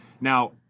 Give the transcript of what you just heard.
Now